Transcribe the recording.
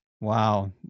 Wow